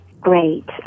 Great